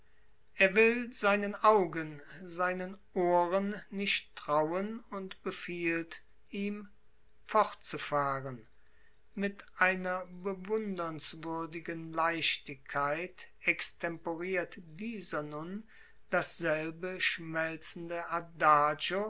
er will seinen augen seinen ohren nicht trauen und befiehlt ihm fortzufahren mit einer bewundernswürdigen leichtigkeit extemporiert dieser nun dasselbe schmelzende